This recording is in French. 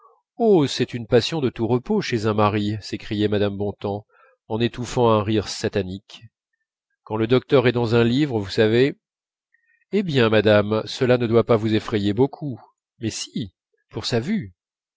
c'est une passion de tout repos chez un mari s'écriait mme bontemps en étouffant un rire satanique quand le docteur est dans un livre vous savez hé bien madame cela ne doit pas vous effrayer beaucoup mais si pour sa vue